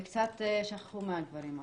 וקצת שכחו מהגברים הערבים.